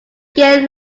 get